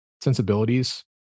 sensibilities